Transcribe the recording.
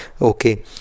Okay